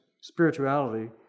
spirituality